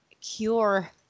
cure